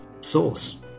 source